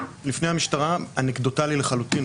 לפני המשטרה, אנקדוטלי לחלוטין.